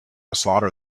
slaughter